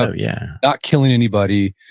ah yeah not killing anybody,